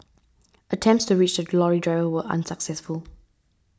attempts to reach the lorry driver were unsuccessful